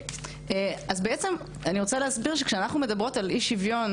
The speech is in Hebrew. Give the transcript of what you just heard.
אז בעצם אני רוצה להסביר שכשאנחנו מדברות על אי שיוויון